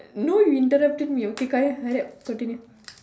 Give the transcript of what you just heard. no you interrupted me okay quiet hurry up continue